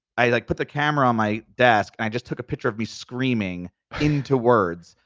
i like put the camera on my desk and i just took a picture of me screaming into words,